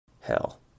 Hell